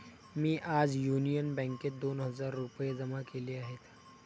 मी आज युनियन बँकेत दोन हजार रुपये जमा केले आहेत